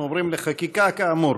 אנחנו עוברים לחקיקה, כאמור.